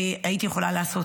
הייתי יכולה לעשות.